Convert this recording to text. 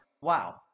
wow